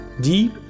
deep